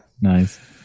Nice